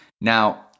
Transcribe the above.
Now